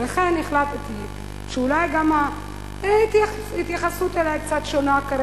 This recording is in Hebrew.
לכן החלטתי שאולי ההתייחסות אלי קצת שונה,